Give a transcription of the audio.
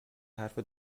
حرف